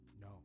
No